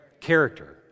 Character